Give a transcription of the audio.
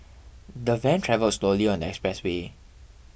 the van travelled slowly on the expressway